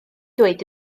dweud